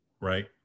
right